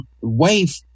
wave